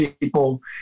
people